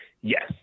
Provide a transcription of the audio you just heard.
Yes